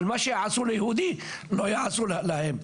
אבל מה שיעשו ליהודי לא יעשו להם.